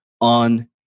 On